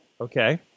Okay